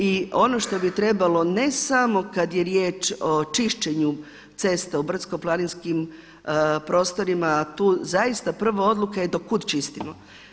I ono što bi trebalo ne samo kada je riječ o čišćenju cesta u brdsko-planinskim prostorima tu zaista prva odluka je do kud čistimo.